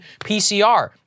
PCR